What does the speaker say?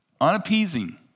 unappeasing